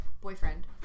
boyfriend